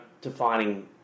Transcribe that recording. defining